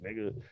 nigga